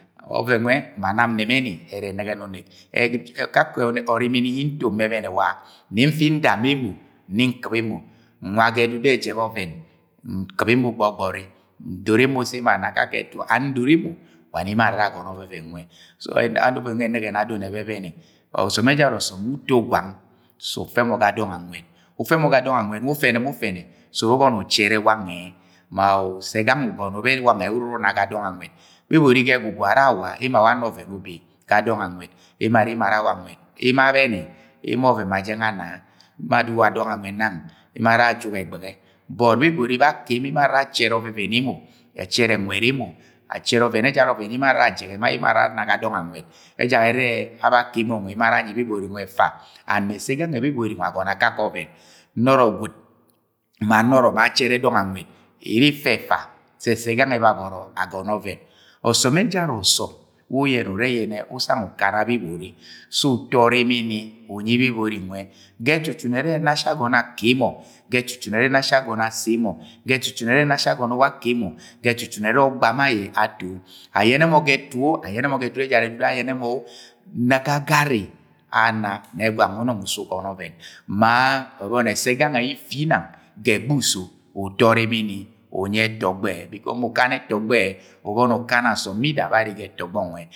Ọyẹn nwẹ, ma nam nẹmẹni ẹrẹ ẹnẹgẹ. Akake ọrimini ye nto wa nẹ nfi nda ma emo nni nkɨp emo, nwa ga ẹdudu yẹ ẹjẹgẹ ọvẹn nkɨp emo gbọgbori, ndoro emo sẹ emo ana ga akakẹ ẹtu, and ndoro emo wa ne emo ane ara agọnọ ọvẹvẹn nwẹ so, ọvẹvẹn nwẹ ẹrẹ ẹnẹgẹ adọn ẹbẹbẹnẹ. Ọsọm ẹjara ọsọm wẹ uto gwang sẹ ufe mọ ga dọna anwed ufe mọ ga dọna anwed, ufẹnẹ ma ufẹnẹ sẹ uru ubọni uchẹrẹ wange ma ẹsẹ sangẹ usọ nọ bẹ wangr uru una ga dọng nwed be bori ga ẹgwugwu ara awa emo awa ana ọvẹn ubi ga dọng anwed emo arẹ emo ara awa dọng anwed. Emo abẹnẹ, emo ọvẹn ma jẹng ana. Emo aduggi ga dọng anwed nang, emo ara ajuk ẹgbẹghẹ but bebori bẹ akemọ are achẹrẹ ọvẹvẹn emo, ẹchẹrẹ nwẹd emo, ẹchẹrẹ ọvẹvẹn ejara ọvẹn yẹ emo arre ara ajẹgẹ ma ye emo ara ana ga dọng anwed ẹjak ẹrẹ abẹ akemọ nwẹ ara anyi bebori nwẹ bẹ-ẹfa and mẹ ẹsẹ gangẹ bebori nwẹ agọnọ akakẹ ọvẹn. Nọrọ gwud, ma nọrọ ma achẹrẹ dọng anwed iri ifẹ ẹfa sẹ ẹsẹ gangẹ babọrọ agọnọ ovẹn. Ọsọm ejara ọsọm we uyẹnẹ yẹnẹ usang ukana brbori se uto ọrimini unyi bebori nwẹ. Gẹ ẹtutun arẹ nọ asi agọnọ akemo, gọ ẹtutun arẹ nọ asi agọnọ asẹmo, ge ẹtutun ere nọ asi agọnọ wa akemo, ga etutun arẹ ọgba ma ayẹ atọ. Ayẹnẹ mọ ga etu o, ayẹnẹ ga ẹdudu ẹjara ẹdudu yẹ ayẹnẹ mọ ma agagari ana nẹ gwang nwe unọng usẹ ugọnọ ọvẹn ma ẹbọni ẹsẹ ifinang sa ẹgbẹghẹ uso uto ọrimini unyi ẹtọgbọ ẹ mu ukana ẹtọgbọ ubọni ukana asọm bida br arre ga ẹtọgbọ nwẹ.